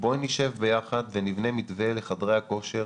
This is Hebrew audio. בואו נשב ביחד ונבנה מתווה לחדרי הכושר,